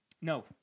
No